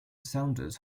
saunders